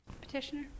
petitioner